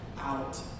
out